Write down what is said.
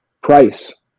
price